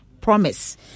promise